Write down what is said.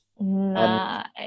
nice